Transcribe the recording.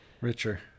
Richer